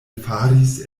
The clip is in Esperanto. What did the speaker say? faris